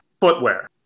footwear